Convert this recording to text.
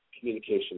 communication